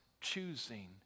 choosing